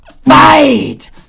Fight